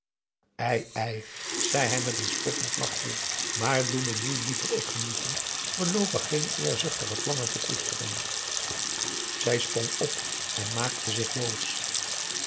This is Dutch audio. ei zei hij met een spottend lachje maar doe me nu liever het genoegen voorloopig geen eerzuchtige plannen te koesteren zij sprong op en maakte zich boos